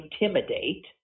intimidate